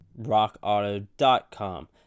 RockAuto.com